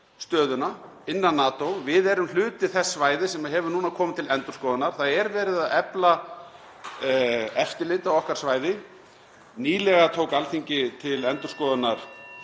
stöðuna innan NATO. Við erum hluti þess svæðis sem hefur núna komið til endurskoðunar. Það er verið að efla eftirlit á okkar svæði. Nýlega tók Alþingi til endurskoðunar